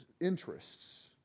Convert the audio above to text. interests